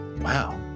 wow